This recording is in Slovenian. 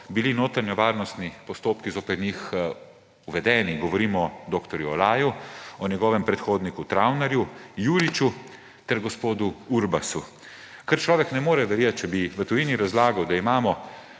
bili notranjevarnostni postopki zoper njih uvedeni. Govorimo o dr. Olaju, o njegovem predhodniku Travnerju, Juriču ter gospodu Urbasu. Kar človek ne more verjeti, če bi v tujini razlagal, da imamo